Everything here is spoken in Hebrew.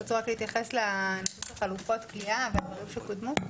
תרצו להתייחס לחלופות כליאה ולדברים שקודמו?